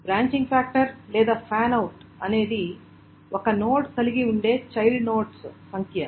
branching factor లేదా fan out అనేది ఒక నోడ్ కలిగిఉండే చైల్డ్ నోడ్స్ సంఖ్య